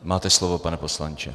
Máte slovo, pane poslanče.